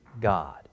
God